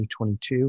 2022